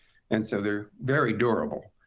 and so they're very durable.